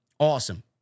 Awesome